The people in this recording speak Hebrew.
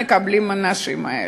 מקבלים האנשים האלה.